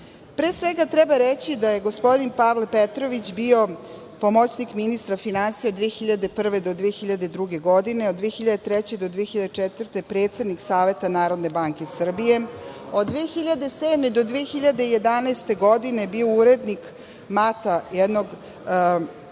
stvarima. Treba reći da je gospodin Pavle Petrović bio pomoćnik ministra finansija od 2001. do 2002. godine, od 2003. do 2004. godine predsednik Saveta Narodne banke Srbije, od 2007. do 2011. godine je bio urednik „Mata“, jednog